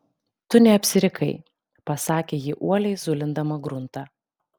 tu neapsirikai pasakė ji uoliai zulindama gruntą